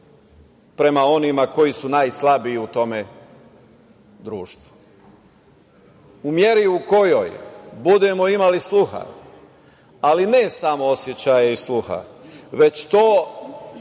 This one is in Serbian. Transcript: prema onima koji su najslabiji u tom društvu.U meri u kojoj budemo imali sluha, ali ne samo osećaj sluha, već to